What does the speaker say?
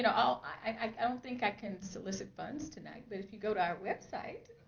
and ah i don't think i can solicit funds tonight, but if you go to our website.